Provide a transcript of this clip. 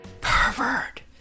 Pervert